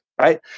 right